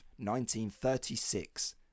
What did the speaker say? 1936